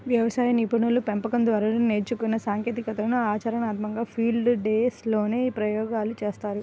వ్యవసాయ నిపుణులు, పెంపకం దారులు నేర్చుకున్న సాంకేతికతలను ఆచరణాత్మకంగా ఫీల్డ్ డేస్ లోనే ప్రయోగాలు చేస్తారు